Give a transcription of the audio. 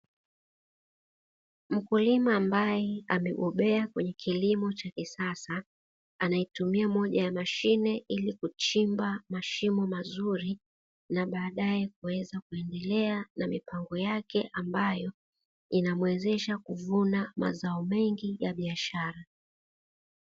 Mkulima ambaye amebobea kwenye kilimo cha kisasa anayetumia moja ya mashine, ili kuchimba mashimo mazuri na baadaye kuweza kuendelea na mipango yake ambayo inamuwezesha kuvuna mazao mengi ya biashara.